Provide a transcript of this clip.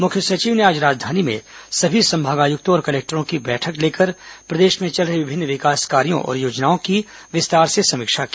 मुख्य सचिव ने आज राजधानी में सभी संभाग आयुक्तों और कलेक्टरों की बैठक लेकर प्रदेश में चल रहे विभिन्न विकास कार्यों और योजनाओं की विस्तार से समीक्षा की